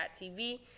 TV